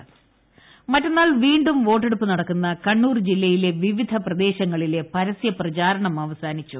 Kannur repolling മറ്റെന്നാൾ വീണ്ടും വോട്ടെടുപ്പ് നടക്കുന്ന കണ്ണൂർ ജില്ലയിലെ വിവിധ പ്രദേശങ്ങളിലെ പരസ്യപ്രചാരണം അവസാനിച്ചു